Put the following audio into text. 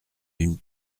d’une